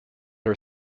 her